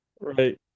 right